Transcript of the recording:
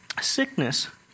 Sickness